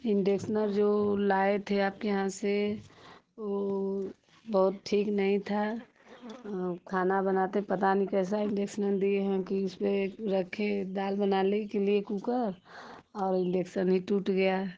induction जो लाए थे आपके यहाँ से वह बहुत ठीक नहीं था वह खाना बनाते पता नहीं कैसा इण्डक्शन दिए हैं कि इसपर रखे दाल बनाने के लिए कुकर और इण्डक्शन ही टूट गया है